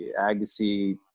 Agassi